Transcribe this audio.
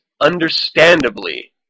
understandably